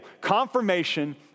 Confirmation